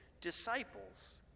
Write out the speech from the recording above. disciples